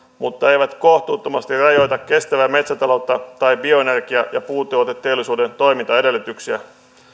mutta eivät kohtuuttomasti rajoita kestävää metsätaloutta tai bioenergia ja puutuoteteollisuuden toimintaedellytyksiä